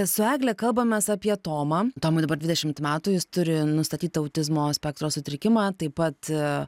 su egle kalbamės apie tomą tomui dabar dvidešimt metų jis turi nustatytą autizmo spektro sutrikimą taip pat